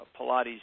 Pilates